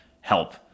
help